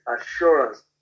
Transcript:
assurance